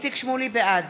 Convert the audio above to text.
בעד